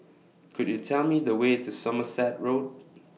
Could YOU Tell Me The Way to Somerset Road